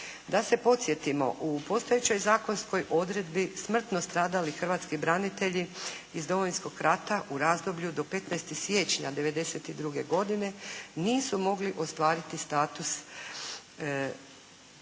Da se podsjetimo, u postojećoj zakonskoj odredbi smrtno stradali hrvatski branitelji iz Domovinskog rata u razdoblju do 15. siječnja 92. godine nisu mogli ostvariti status